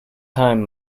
time